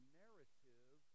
narrative